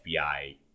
FBI